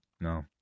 No